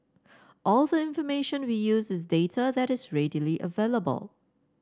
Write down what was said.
all the information we use is data that is readily available